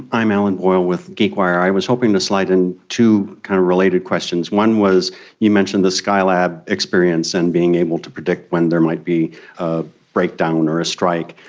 i'm alan boyle with geekwire. i was hoping to slide in two kind of related questions. one was you mentioned the skylab experience and being able to predict when there might be a breakdown or a strike.